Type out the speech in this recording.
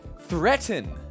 threaten